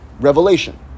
Revelation